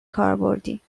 کاربردی